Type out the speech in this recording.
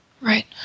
Right